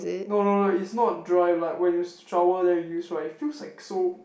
no no no it's not dry like when you shower then you use right it feels like so